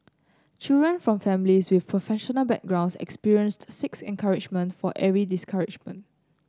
children from families with professional backgrounds experienced six encouragement for every discouragement